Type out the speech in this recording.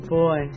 boy